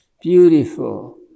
beautiful